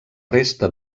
resta